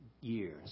years